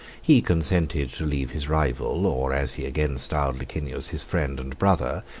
he consented to leave his rival, or, as he again styled licinius, his friend and brother,